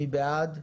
מי בעד הסעיף?